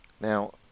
now